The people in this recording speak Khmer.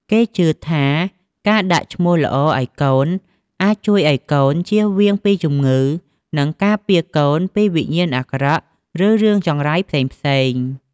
គេជឿថា ការដាក់ឈ្មោះល្អឲ្យកូនអាចជួយឲ្យកូនជៀសវាងពីជំងឺ និងការពារកូនពីវិញ្ញាណអាក្រក់ ឬរឿងចង្រៃផ្សេងៗ។